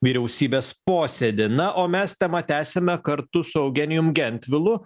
vyriausybės posėdį na o mes temą tęsiame kartu su eugenijum gentvilu